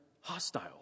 hostile